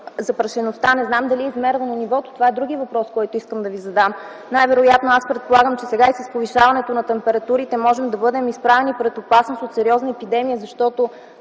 запрашеността – не знам дали е измервано нивото, това е другият въпрос, който искам да Ви задам. Най-вероятно, аз предполагам, че сега и с повишаването на температурите можем да бъдем изправени пред опасност от сериозни епидемии, защото